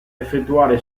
effettuare